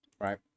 Right